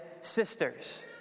sisters